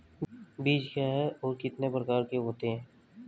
बीज क्या है और कितने प्रकार के होते हैं?